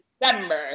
December